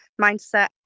mindset